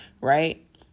right